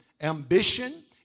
ambition